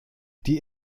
die